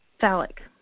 phallic